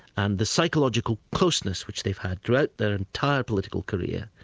and the psychological closeness which they've had throughout their entire political career,